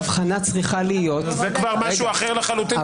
ההבחנה צריכה להיות --- זה כבר משהו אחר לחלוטין.